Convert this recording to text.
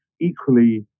equally